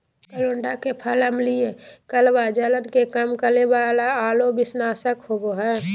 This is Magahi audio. करोंदा के फल अम्लीय, कड़वा, जलन के कम करे वाला आरो विषनाशक होबा हइ